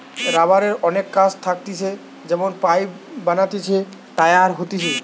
রাবারের অনেক কাজ থাকতিছে যেমন পাইপ বানাতিছে, টায়ার হতিছে